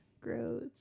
Gross